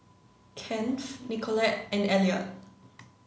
Kennth Nicolette and Elliott